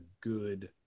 good